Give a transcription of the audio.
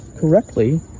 correctly